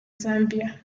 zambia